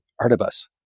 artibus